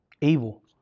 Evil